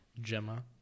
Gemma